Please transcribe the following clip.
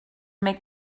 make